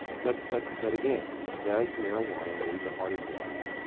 but but but again, does marijuana lead to harder drugs?